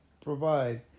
provide